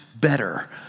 better